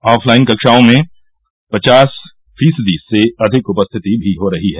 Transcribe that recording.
offline कक्षाओं में पचास फीसदी से अधिक उपस्थिति भी हो रही है